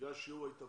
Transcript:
בגלל שיעור ההתאבדות,